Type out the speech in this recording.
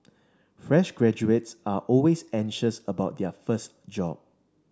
fresh graduates are always anxious about their first job